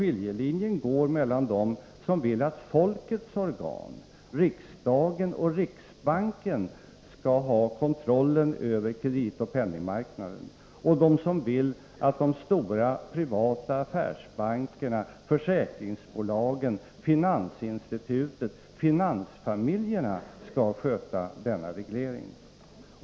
Skiljelinjen går mellan å ena sidan dem som vill att folkets organ — riksdagen och riksbanken — skall ha kontrollen över kreditoch penningmarknaden och å andra sidan dem som vill att de stora privata affärsbankerna, försäkringsbolagen, finansinstituten och finansfamiljerna skall sköta denna reglering.